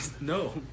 no